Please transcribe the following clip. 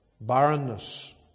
Barrenness